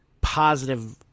positive